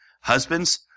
Husbands